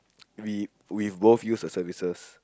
we we both use the services